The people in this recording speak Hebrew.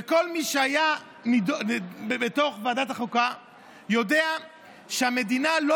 וכל מי שהיה בתוך ועדת החוקה יודע שהמדינה לא